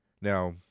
now